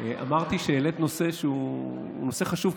אמרתי שהעלית נושא שהוא נושא חשוב,